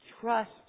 Trust